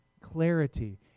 clarity